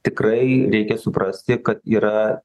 tikrai reikia suprasti kad yra